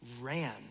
ran